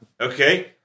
okay